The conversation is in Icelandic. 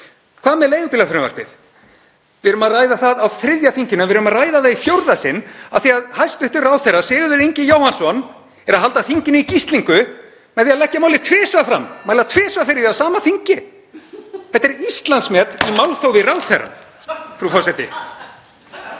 Hvað með leigubílafrumvarpið? Við erum að ræða það á þriðja þinginu. Við erum að ræða það í fjórða sinn af því að hæstv. ráðherra Sigurður Ingi Jóhannsson er að halda þinginu í gíslingu með því að leggja málið tvisvar fram, (Forseti hringir.) mæla tvisvar fyrir því á sama þingi. Þetta er Íslandsmet í málþófi ráðherra, frú forseti.